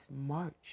March